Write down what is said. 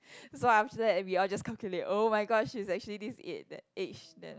so after that we all just calculate oh-my-gosh she is actually this age that age then